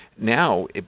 Now